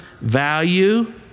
value